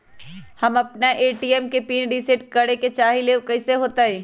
हम अपना ए.टी.एम के पिन रिसेट करे के चाहईले उ कईसे होतई?